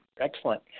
Excellent